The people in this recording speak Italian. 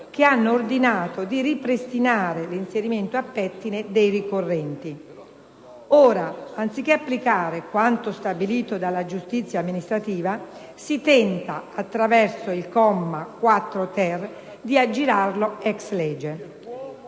che hanno ordinato di ripristinare l'inserimento a pettine dei ricorrenti. Ora, anziché applicare quanto stabilito dalla giustizia amministrativa si tenta, attraverso il comma 4-*ter*, di aggirarlo *ex lege*.